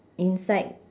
inside